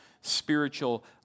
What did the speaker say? spiritual